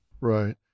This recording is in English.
Right